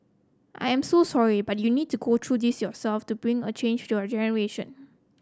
I am so sorry but you need to go through this yourself to bring a change to your generation